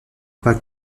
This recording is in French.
pas